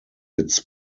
its